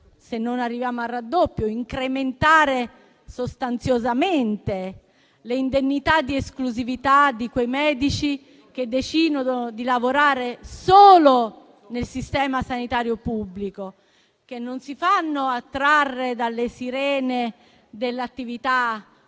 se non arriviamo al raddoppio, per incrementare sostanziosamente le indennità di esclusività di quei medici che decidono di lavorare solo nel Sistema sanitario pubblico e non si fanno attrarre dalle sirene dell'attività privata,